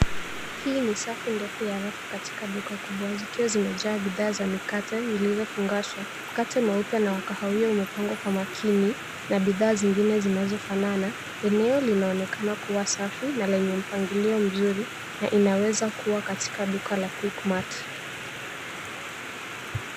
Hii ni safu ndefu ya rafu katika duka kubwa zikiwa zimejaa bidhaa za mikate zilizofugashwa. Mkate mweupe na wa kahawia umepangwa kwa makini na bidhaa zingine zinazofanana. Eneo linaonekana kuwa safi na lenye mpangilio mzuri na inaweza kuwa katika duka la Quickmart.